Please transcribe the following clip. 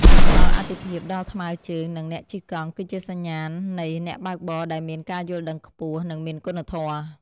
ការផ្ដល់អាទិភាពដល់ថ្មើរជើង និងអ្នកជិះកង់ គឺជាសញ្ញាណនៃអ្នកបើកបរដែលមានការយល់ដឹងខ្ពស់ និងមានគុណធម៌។